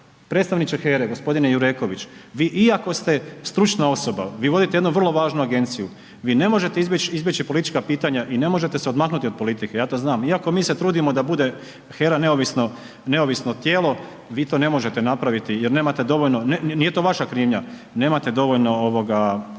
predstavniče HERA-e, g. Jureković, vi iako ste stručna osoba, vi vodite jednu vrlo važnu agenciju, vi ne možete izbjeći politička pitanja i ne možete se odmaknuti od politike ja to znam iako mi se trudimo da bude HERA neovisno tijelo, vi to ne možete napraviti jer nemate dovoljno, ne, nije to vaša krivnja, nemate dovoljno, da